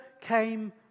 came